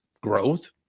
growth